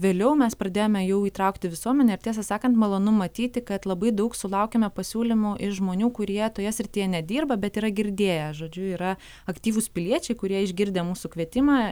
vėliau mes pradėjome jau įtraukti visuomenę ir tiesą sakant malonu matyti kad labai daug sulaukiame pasiūlymų iš žmonių kurie toje srityje nedirba bet yra girdėję žodžiu yra aktyvūs piliečiai kurie išgirdę mūsų kvietimą